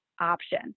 option